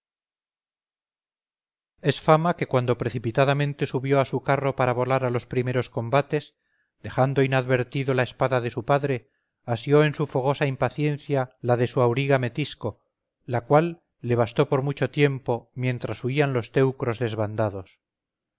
es fama que cuando precipitadamente subió a su carro para volar a los primeros combates dejando inadvertido la espada de su padre asió en su fogosa impaciencia la de su auriga metisco la cual le bastó por mucho tiempo mientras huían los teucros desbandados